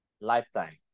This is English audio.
Lifetime